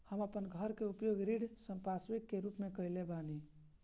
हम अपन घर के उपयोग ऋण संपार्श्विक के रूप में कईले बानी